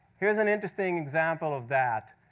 here's an interesting example of that.